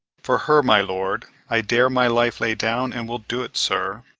for her, my lord i dare my life lay down and will do't, sir,